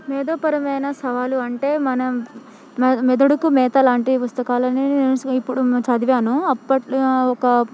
మేధోపరమైన సవాలు అంటే మనం మెదడుకు మేత లాంటి పుస్తకాలని ఇప్పుడు చదివాను అప్పట్లో ఒక